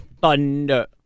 Thunder